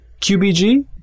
QBG